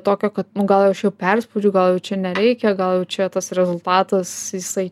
tokio kad nu gal aš jau perspaudžiu gal jau čia nereikia gal jau čia tas rezultatas jisai